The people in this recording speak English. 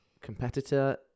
Competitor